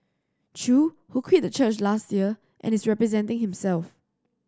Chew who quit the church last year and is representing himself